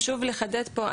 חשוב לחדד פה,